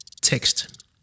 text